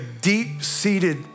deep-seated